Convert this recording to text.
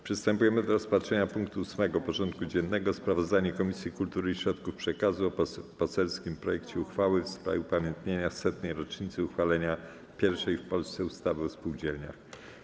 Powracamy do rozpatrzenia punktu 8. porządku dziennego: Sprawozdanie Komisji Kultury i Środków Przekazu o poselskim projekcie uchwały w sprawie upamiętnienia setnej rocznicy uchwalenia pierwszej w Polsce ustawy o spółdzielniach.